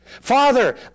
Father